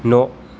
न'